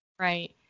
right